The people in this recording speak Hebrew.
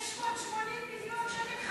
680 מיליון שקל,